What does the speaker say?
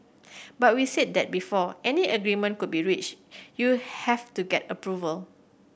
but we said that before any agreement could be reached you have to get approval